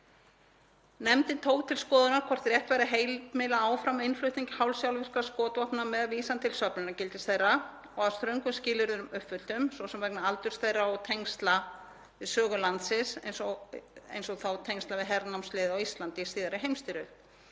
Nefndin tók til skoðunar hvort rétt væri að heimila áfram innflutning hálfsjálfvirkra skotvopna með vísan til söfnunargildis þeirra og að ströngum skilyrðum uppfylltum, svo sem vegna aldurs þeirra og tengsla við sögu landsins eins og í tengslum við hernámsliðið á Íslandi í síðari heimsstyrjöld.